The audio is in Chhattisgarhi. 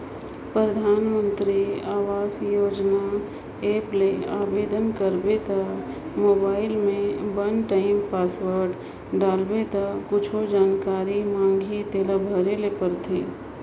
परधानमंतरी आवास योजना ऐप ले आबेदन करबे त मोबईल में वन टाइम पासवर्ड डालबे ता कुछु जानकारी मांगही तेला भरे ले परथे